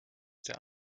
der